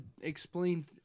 explain